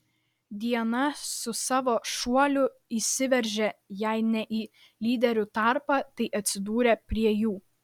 diana su savo šuoliu įsiveržė jei ne į lyderių tarpą tai atsidūrė prie jų